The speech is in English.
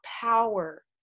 power